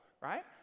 right